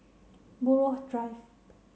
Buroh Drive